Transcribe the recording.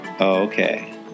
okay